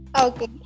Okay